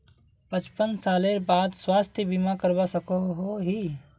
पचपन सालेर बाद स्वास्थ्य बीमा करवा सकोहो ही?